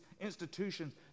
institutions